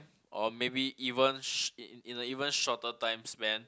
or maybe even sh~ in in a even shorter time span